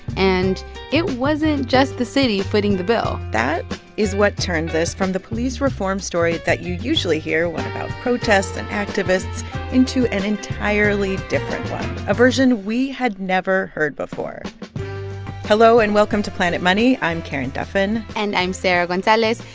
and it wasn't just the city footing the bill that is what turned this from the police reform story that you usually hear one about protests and activists into an entirely different one a version we had never heard before hello, and welcome to planet money. i'm karen duffin and i'm sarah gonzalez.